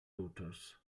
daughters